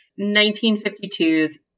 1952's